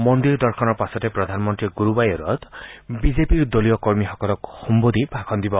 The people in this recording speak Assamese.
মন্দিৰ দৰ্শনৰ পাছতেই প্ৰধানমন্ত্ৰীয়ে গুৰুবায়ুৰত বিজেপিৰ দলীয় কৰ্মীসকলক সম্বোধি ভাষণ দিব